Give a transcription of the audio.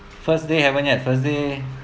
first day haven't yet first day